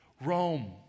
rome